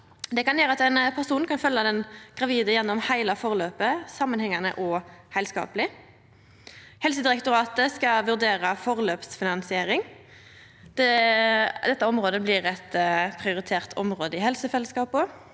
Det kan gjera at den same personen kan følgja den gravide gjennom heile forløpet – samanhengande og heilskapleg. Helsedirektoratet skal vurdera forløpsfinansiering. Dette området blir eit prioritert område i helsefellesskapa.